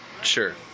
Sure